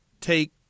take